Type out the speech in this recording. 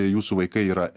jūsų vaikai yra